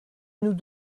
nous